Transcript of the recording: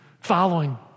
following